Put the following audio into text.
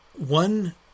One